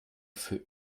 für